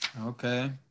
Okay